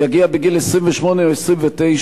יגיע בגיל 28 או 29,